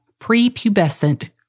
prepubescent